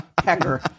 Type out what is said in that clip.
pecker